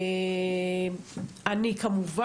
ועדיין,